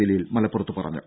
ജലീൽ മലപ്പുറത്ത് പറഞ്ഞു